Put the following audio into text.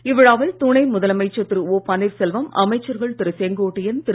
இவ்விழாவில் துணை முதலமைச்சர் திரு ஓ பன்னீர்செல்வம் அமைச்சர்கள் திரு செங்கோட்டையன் திரு